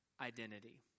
identity